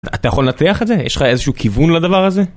אתה יכול לנתח את זה? יש לך איזשהו כיוון לדבר הזה?